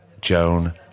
Joan